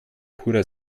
purer